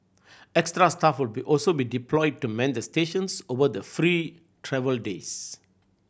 extra staff will be also be deployed to man the stations over the free travel days